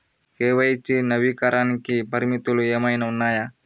KYC నవీకరణకి పరిమితులు ఏమన్నా ఉన్నాయా?